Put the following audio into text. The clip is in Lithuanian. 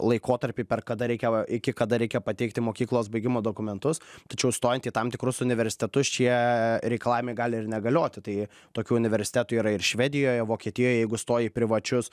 laikotarpį per kada reikia va iki kada reikia pateikti mokyklos baigimo dokumentus tačiau stojant į tam tikrus universitetus šie reikalavimai gali ir negalioti tai tokių universitetų yra ir švedijoje vokietijoje jeigu stoji į privačius